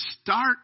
start